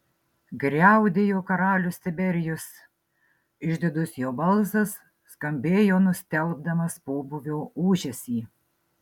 griaudėjo karalius tiberijus išdidus jo balsas skambėjo nustelbdamas pobūvio ūžesį